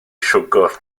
siwgr